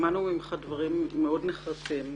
שמענו ממך דברים מאוד נחרצים,